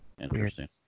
Interesting